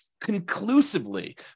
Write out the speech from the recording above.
conclusively